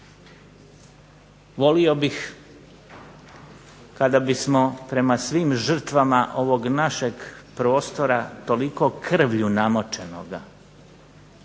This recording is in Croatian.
Volio bih kada bismo prema svim žrtvama ovog našeg prostora toliko krvlju namočenoga